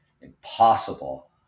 impossible